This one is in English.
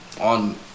On